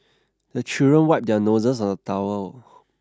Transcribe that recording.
the children wipe their noses on the towel